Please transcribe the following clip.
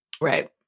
Right